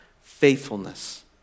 faithfulness